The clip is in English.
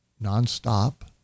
non-stop